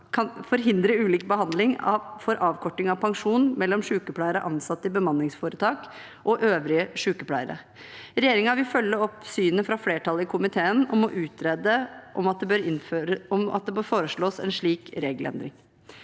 forhindre ulik behandling i forbindelse med avkorting av pensjon mellom sykepleiere som er ansatt i bemanningsforetak, og øvrige sykepleiere. Regjeringen vil følge opp synet fra flertallet i komiteen om å utrede om det bør foreslås en slik regelendring.